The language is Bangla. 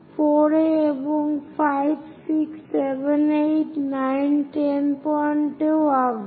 4 এ এবং 5 6 7 8 9 এবং 10 পয়েন্টে ও আঁকব